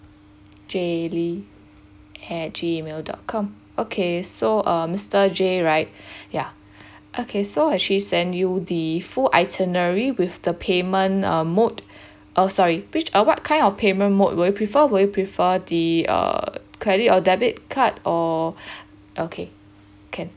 jaylee at G mail dot com okay so uh mister jay right yeah okay so I actually send you the full itinerary with the payment uh mode oh sorry which uh what kind of payment mode would you prefer would you prefer the err credit or debit card or okay can